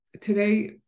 today